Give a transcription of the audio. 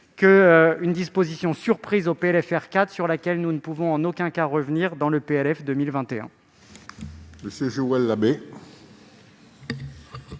d'une disposition surprise au PLFR 4, sur laquelle nous ne pouvons en aucun cas revenir dans le PLF pour